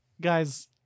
Guys